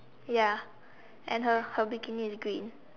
ya and her her bikini is green